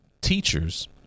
teachers